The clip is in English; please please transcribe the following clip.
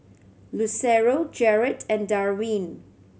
Lucero Jared and Darvin